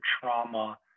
trauma